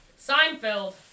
Seinfeld